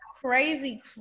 crazy